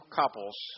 couples